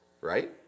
right